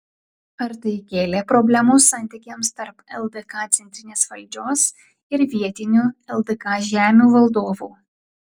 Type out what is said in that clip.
ar tai kėlė problemų santykiams tarp ldk centrinės valdžios ir vietinių ldk žemių valdovų